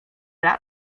lat